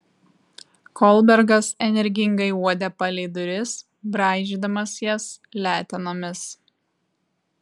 kolbergas energingai uodė palei duris braižydamas jas letenomis